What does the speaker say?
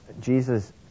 Jesus